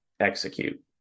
Execute